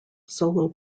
solo